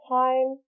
time